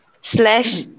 slash